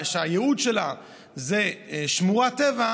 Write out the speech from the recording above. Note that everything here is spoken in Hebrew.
שהייעוד שלה זה שמורת טבע,